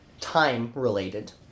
time-related